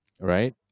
right